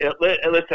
Listen